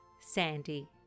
Sandy